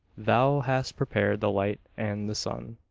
thou hast prepared the light and the sun.